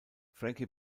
frankie